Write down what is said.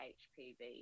hpv